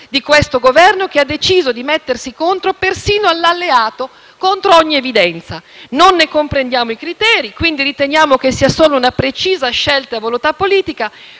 di questo Governo, che ha deciso di mettersi persino contro il proprio alleato, contro ogni evidenza. Non ne comprendiamo i criteri e quindi riteniamo che sia solo una precisa scelta e volontà politica